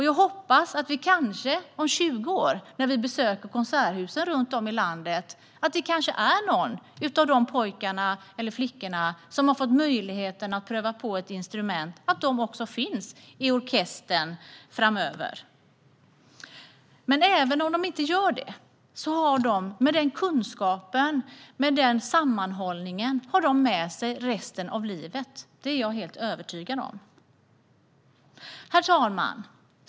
Jag hoppas att vi kanske, när vi om 20 år besöker konserthusen runt om i landet, kan få höra någon av dessa pojkar eller flickor i orkestrarna. Men även om det inte blir så, har de kunskapen och sammanhållningen med sig resten av livet. Det är jag helt övertygad om. Herr talman!